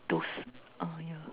those uh yeah